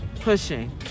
pushing